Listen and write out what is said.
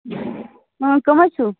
کٔم حظ چھُو